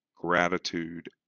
gratitude